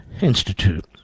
Institute